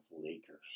Lakers